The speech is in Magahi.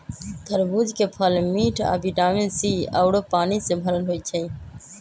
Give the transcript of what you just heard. तरबूज के फल मिठ आ विटामिन सी आउरो पानी से भरल होई छई